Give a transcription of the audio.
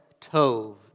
tove